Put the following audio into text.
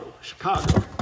Chicago